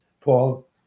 Paul